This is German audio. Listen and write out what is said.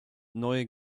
neue